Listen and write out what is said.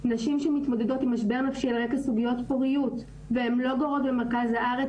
נשים שמתמודדות עם משבר נפשי על רקע סוגיות פוריות ולא גרות במרכז הארץ,